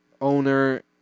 owner